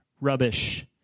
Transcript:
rubbish